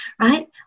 right